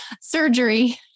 surgery